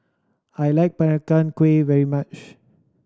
I like Peranakan Kueh very much